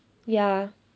ya